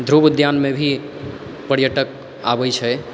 ध्रुव उद्यानमे भी पर्यटक आबै छै